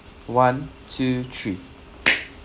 one two three